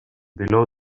below